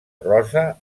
rosa